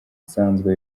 usanzwe